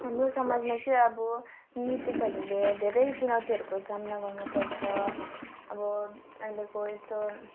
हाम्रो समाजमा चाहिँ अब नर्तकहरूले धेरै चुनौतीहरूको सामना गर्नुपर्छ अब अहिलेको यस्तो